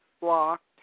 blocked